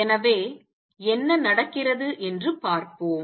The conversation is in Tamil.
எனவே என்ன நடக்கிறது என்று பார்ப்போம்